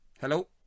Hello